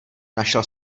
našel